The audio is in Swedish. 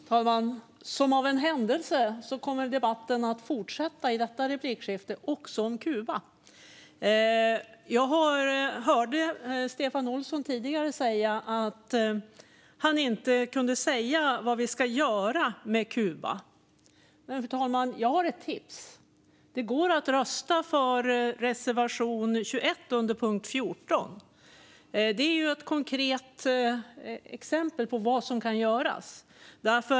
Fru talman! Som av en händelse kommer debatten i detta replikskifte fortsätta att handla om Kuba. Jag hörde Stefan Olsson tidigare säga att han inte kunde säga vad vi ska göra med Kuba. Jag har ett tips, fru talman: Det går att rösta på reservation 21 under punkt 14. Det är ett konkret exempel på vad som kan göras.